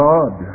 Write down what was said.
God